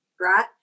right